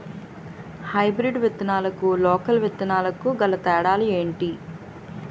Hybrid విత్తనాలకు local విత్తనాలకు గల తేడాలు ఏంటి?